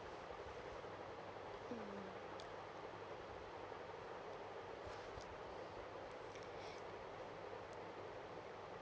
mm